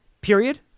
Period